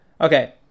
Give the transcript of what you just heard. okay